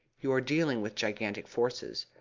you are dealing with gigantic forces.